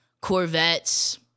Corvettes